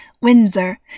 Windsor